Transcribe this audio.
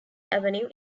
avenue